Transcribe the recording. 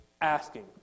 asking